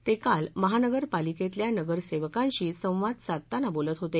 ते काल महानगरपालिकेतल्या नगरसेवकांशी संवाद साधताना बोलत होते